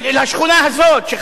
שחסר לה חיבור חשמל,